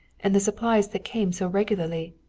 and the supplies that came so regularly?